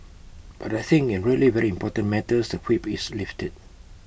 but I think in really very important matters the whip is lifted